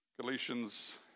Galatians